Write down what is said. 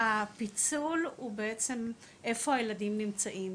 הפיצול הוא בעצם איפה הילדים נמצאים,